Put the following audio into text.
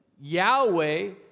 Yahweh